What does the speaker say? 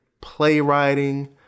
playwriting